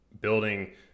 building